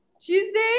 tuesday